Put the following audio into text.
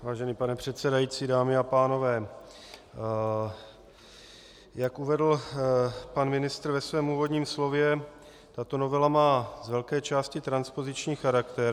Vážený pane předsedající, dámy a pánové, jak uvedl pan ministr ve svém úvodním slově, tato novela má z velké části transpoziční charakter.